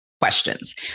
questions